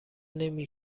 نمی